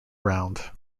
round